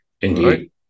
Indeed